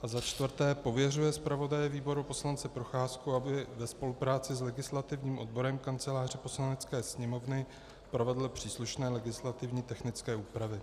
IV. pověřuje zpravodaje výboru poslance Procházku, aby ve spolupráci s legislativním odborem Kanceláře Poslanecké sněmovny provedl příslušné legislativně technické úpravy.